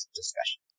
discussion